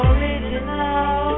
Original